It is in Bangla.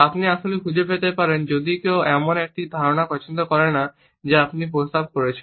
আপনি আসলে খুঁজে পেতে পারেন যদি কেউ এমন একটি ধারণা পছন্দ করে না যা আপনি প্রস্তাব করছেন